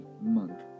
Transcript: month